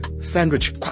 Sandwich